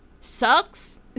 sucks